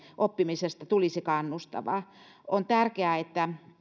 oppimisesta tulisi kannustavaa on tärkeää että